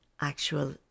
actual